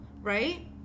right